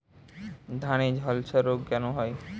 ধানে ঝলসা রোগ কেন হয়?